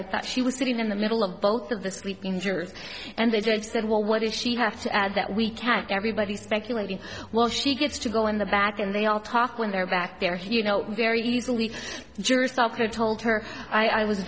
i thought she was sitting in the middle of both of the sleep users and they just said well what does she have to add that we can't everybody speculating well she gets to go in the back and they all talk when they're back there you know very easily jurors also told her i was